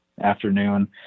afternoon